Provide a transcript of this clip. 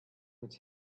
with